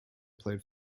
played